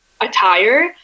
attire